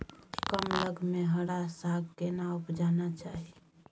कम लग में हरा साग केना उपजाना चाही?